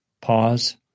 pause